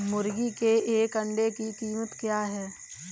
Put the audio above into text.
मुर्गी के एक अंडे की कीमत क्या है?